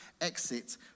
exit